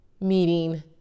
meeting